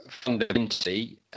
fundamentally